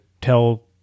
tell